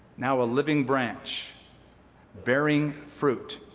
now a living branch bearing fruit.